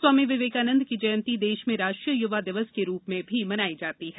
स्वामी विवेकानंद की जयंती देश में राष्ट्रीय युवा दिवस के रूप में भी मनाई जाती है